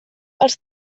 els